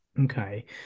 Okay